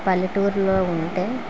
పల్లెటూర్లో ఉంటే